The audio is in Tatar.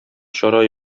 чара